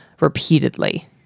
repeatedly